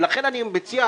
ולכן אני מציע,